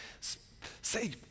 say